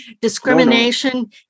Discrimination